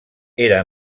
era